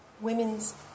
Women's